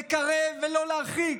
לקרב ולא להרחיק,